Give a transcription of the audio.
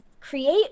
Create